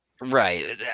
Right